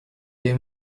des